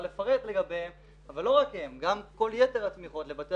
לפרט לגביהן אבל לא רק הן אלא גם כל יתר התמיכות לבתי